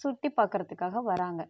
சுற்றி பார்க்கறதுக்காக வராங்க